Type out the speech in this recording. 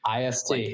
IST